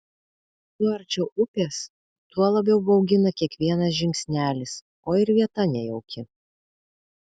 kuo arčiau upės tuo labiau baugina kiekvienas žingsnelis o ir vieta nejauki